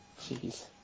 Jeez